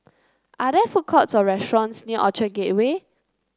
are there food courts or restaurants near Orchard Gateway